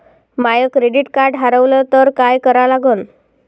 माय credit card हारवलं तर काय करा लागन?